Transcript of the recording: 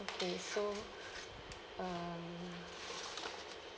okay so um